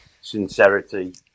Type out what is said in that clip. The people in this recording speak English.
sincerity